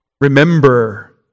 remember